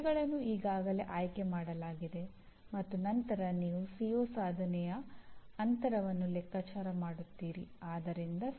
ಪಠ್ಯಕ್ರಮದ ಕೊನೆಯಲ್ಲಿ ವಿದ್ಯಾರ್ಥಿಗಳು ಸಾಧಿಸಬೇಕಾದದ್ದು ಅವು